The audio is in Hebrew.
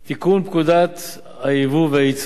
תיקון פקודת היבוא והיצוא,